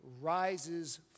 rises